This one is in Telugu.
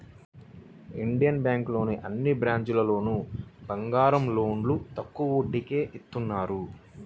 ఇండియన్ బ్యేంకులోని అన్ని బ్రాంచీల్లోనూ బంగారం లోన్లు తక్కువ వడ్డీకే ఇత్తన్నారు